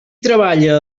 treballa